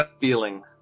feeling